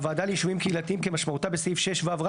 הוועדה ליישובים קהילתיים כמשמעותה בסעיף 6ו;";